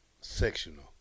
Sectional